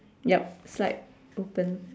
yup slight open